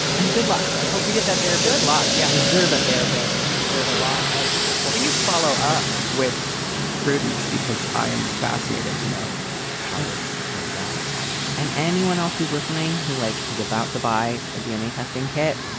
and good luck. i hope you get that. their good luck. you yeah deserve a therapist. you deserve a lot of support. these follow on with prudence because i am fascinated to know how this turns out on us and anyone else who's listening, who like is about to buy a dna testing kit.